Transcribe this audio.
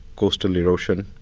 coastal erosion,